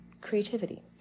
creativity